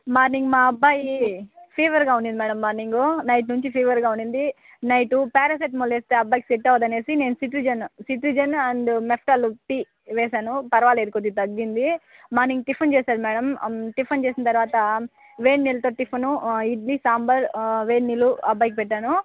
morning మా అబ్బాయి ఫీవర్గా ఉంది మేడమ్ మార్నింగు నైట్ నుంచి ఫీవర్గా ఉండింది నైట్ పారాసెటమాల్ వేస్తే అబ్బాయికి సెట్ అవ్వదు అని నేను సిట్రిజన్ సిట్రిజన్ అండ్ మెఫ్టాల్ టి వేసాను పరవాలేదు కొద్దిగా తగ్గింది మార్నింగ్ టిఫిన్ చేసాడు మేడమ్ టిఫిన్ చేసిన తర్వాత వేడినీళ్ళతో టిఫిన్ ఇడ్లీ సాంబార్ వేడి నీళ్ళు అబ్బాయికి పెట్టాను